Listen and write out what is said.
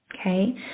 okay